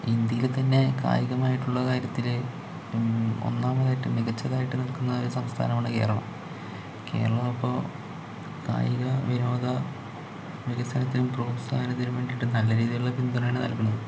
ഇന്ത്യയിൽത്തന്നെ കായികമായിട്ടുള്ള കാര്യത്തിൽ ഒന്നാമതായിട്ട് മികച്ചതായിട്ട് നിൽക്കുന്ന ഒരു സംസ്ഥാനമാണ് കേരളം കേരളം ഇപ്പോൾ കായികവിനോദ വികസനത്തിന് പ്രോത്സാഹനത്തിനും വേണ്ടിയിട്ട് നല്ല രീതിലുള്ള പിന്തുണയാണ് നൽകുന്നത്